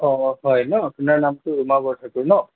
অঁ হয় ন আপোনাৰ নামটো ৰোমা বৰঠাকুৰ ন